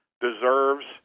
deserves